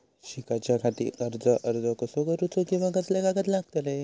शिकाच्याखाती कर्ज अर्ज कसो करुचो कीवा कसले कागद लागतले?